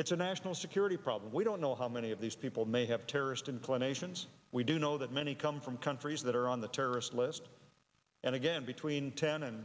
it's a national security problem we don't know how many of these people may have terrorist inclinations we do know that many come from countries that are on the terrorist list and again between ten and